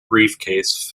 briefcase